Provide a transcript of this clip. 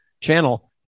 channel